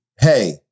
hey